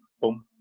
boom